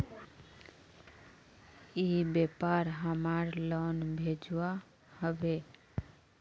ई व्यापार हमार लोन भेजुआ हभे?